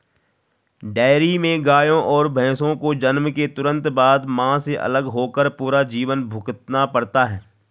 dairy में गायों और भैंसों को जन्म के तुरंत बाद, मां से अलग होकर पूरा जीवन भुगतना पड़ता है